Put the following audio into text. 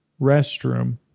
restroom